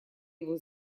его